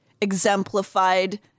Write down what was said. Exemplified